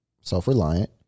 self-reliant